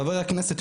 חבר הכנסת,